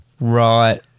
Right